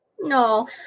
no